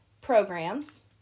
programs